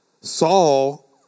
Saul